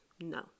No